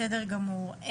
בסדר גמור.